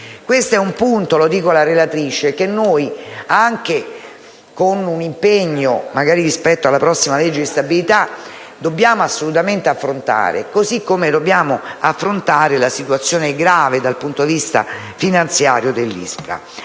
Questo è un punto, e lo dico alla relatrice, che noi, magari anche con un impegno rispetto alla prossima legge di stabilità, dobbiamo assolutamente affrontare. Così come dobbiamo affrontare la situazione grave, dal punto di vista finanziario, dell'ISPRA.